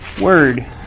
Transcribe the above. word